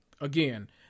Again